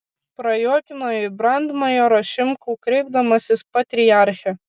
prajuokino į brandmajorą šimkų kreipdamasis patriarche